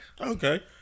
Okay